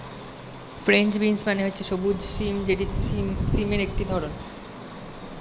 French beans মানে হচ্ছে সবুজ সিম যেটি সিমের একটি ধরণ